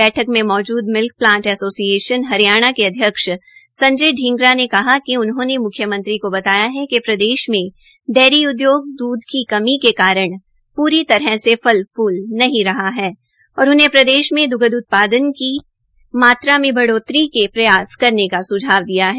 बैठक में मौजूद मिल्क प्लांट ऐसोसिएशन हरियाणा के अध्यक्ष संजय ढींगरा ने कहा कि उन्होंने म्ख्यमंत्री को बताया कि प्रदेश डेयरी उद्योग द्रध की कमी के कारण प्री तरह से फल फूल नहीं रहा है और उनहें प्रदेश मे दुग्ध उत्पादन की मात्रा में बढ़ोतरी के प्रयास करने का सुझाव दिया है